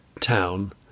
town